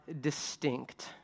distinct